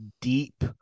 deep